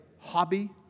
Hobby